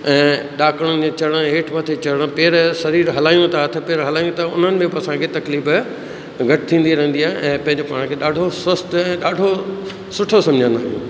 ऐं ॾाकण में चढ़ण हेठि मथे चढ़ण पैर शरीर हलायूं था हथ पैर हलायूं था उन्हनि में बि असांखे तकलीफ़ घटि थींदी रहंदी आहे ऐं पंहिंजो पाण खे ॾाढो स्वस्थ ऐं ॾाढो सुठो सम्झंदा आहियूं